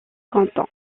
content